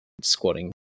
squatting